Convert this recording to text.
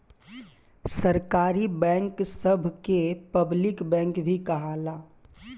सरकारी बैंक सभ के पब्लिक बैंक भी कहाला